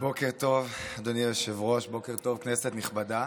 בוקר טוב, כנסת נכבדה.